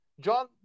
John